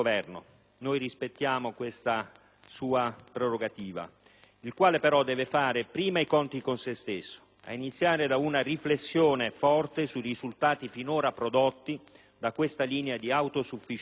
sua prerogativa, ma deve fare però prima i conti con sé stesso iniziando da una seria riflessione sui risultati finora prodotti da questa linea di autosufficienza e di autoreferenzialità.